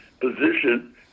position